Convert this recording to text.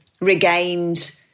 regained